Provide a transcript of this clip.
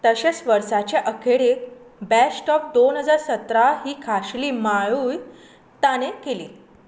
तशेंच वर्साचे अखेरेक बॅस्ट ऑफ दोन हजार सतरा ही खाशेली माळूय ताणें केली